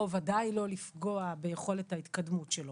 או בוודאי לא לפגוע ביכולת ההתקדמות שלו.